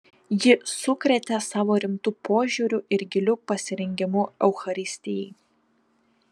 ji sukrėtė savo rimtu požiūriu ir giliu pasirengimu eucharistijai